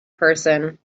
person